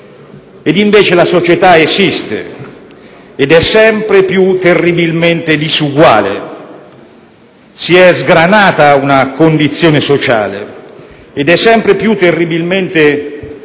Invece la società esiste, ed è sempre più terribilmente diseguale; si è sgranata una condizione sociale e la società è sempre più terribilmente diseguale